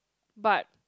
but